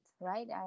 right